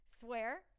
swear